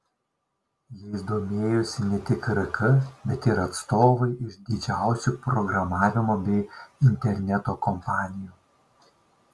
jais domėjosi ne tik rk bet ir atstovai iš didžiausių programavimo bei interneto kompanijų